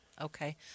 Okay